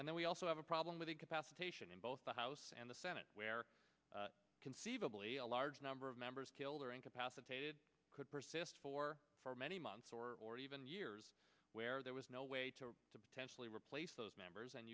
and then we also have a problem with the capacity in both the house and the senate where conceivably a large number of members killed or incapacitated could persist for for many months or even years where there was no way to potentially replace those members and